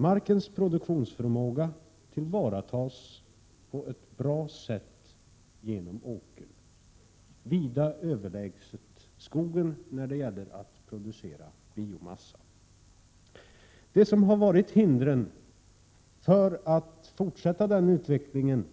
Markens produktionsförmåga tillvaratas på ett bra sätt genom åkern, vida överlägsen skogen när det gäller att producera biomassa. Det som varit hindret för utvecklingen